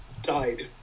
died